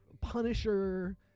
Punisher